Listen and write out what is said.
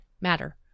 matter